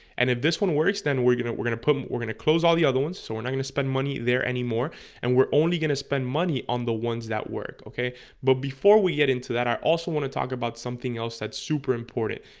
and if this one works then we're gonna we're gonna put we're gonna close all the other ones, so we're not gonna spend money there anymore and we're only gonna spend money on the ones that work, okay but before we get into that i also want to talk about something else that's super important,